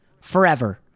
forever